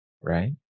right